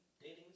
dating